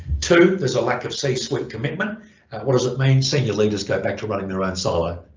two. there's a lack of c-suite commitment what does it mean senior leaders go back to running their own silo,